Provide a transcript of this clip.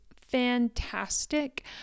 fantastic